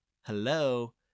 Hello